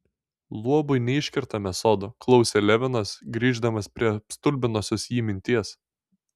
luobui neiškertame sodo klausė levinas grįždamas prie apstulbinusios jį minties